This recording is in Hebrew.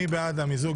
מי בעד המיזוג?